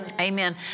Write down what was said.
Amen